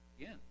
again